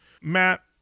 Matt